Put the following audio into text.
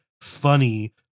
funny